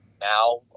now